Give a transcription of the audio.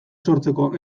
sortzeko